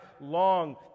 long